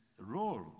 role